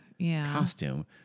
costume